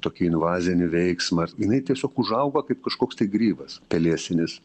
tokį invazinį veiksmą ar jinai tiesiog užauga kaip kažkoks tai grybas pelėsinis